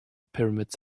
pyramids